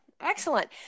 Excellent